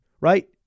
right